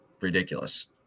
ridiculous